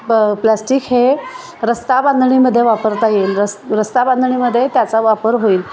प प्लाॅस्टिक हे रस्ता बांधणीमध्येे वापरता येईल रस् रस्ता बांधणीमध्ये त्याचा वापर होईल